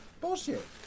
Bullshit